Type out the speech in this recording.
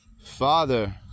Father